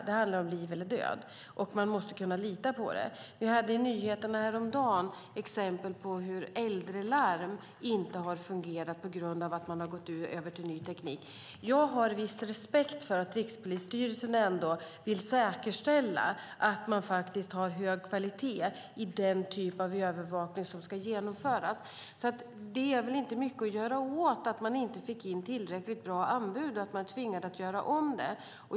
Det handlar om liv eller död, och man måste kunna lita på den. Vi hade i nyheterna häromdagen exempel på hur äldrelarm inte har fungerat på grund av att man har gått över till ny teknik. Jag har viss respekt för att Rikspolisstyrelsen ändå vill säkerställa att det faktiskt är hög kvalitet i den typ av övervakning som ska genomföras. Det är väl alltså inte mycket att göra åt att man inte fick in tillräckligt bra anbud och tvingades göra om det.